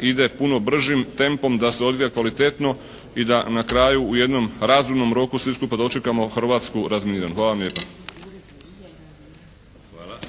ide puno bržim tempom, da se odvija kvalitetno i da na kraju u jednom razumnom roku svi skupa dočekamo Hrvatsku razminiranu. Hvala vam lijepa.